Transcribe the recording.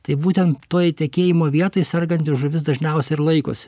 tai būtent toj įtekėjimo vietoj serganti žuvis dažniausia ir laikosi